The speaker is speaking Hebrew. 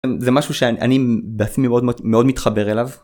זה משהו שאני בעצמי מאוד מאוד מאוד מתחבר אליו.